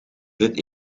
het